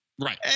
Right